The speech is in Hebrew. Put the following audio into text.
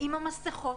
עם המסכות,